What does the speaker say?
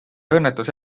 õnnetuse